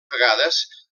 vegades